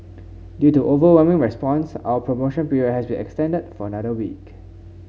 due to overwhelming response our promotion period has been extended for another week